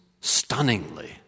stunningly